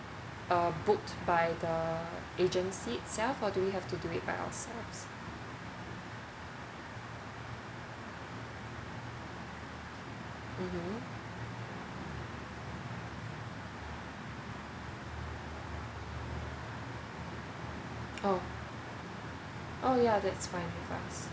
uh booked by the agency it self or do we have to do it by ourself mmhmm oh oh yeah that's fine for us